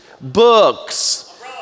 books